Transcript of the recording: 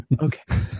Okay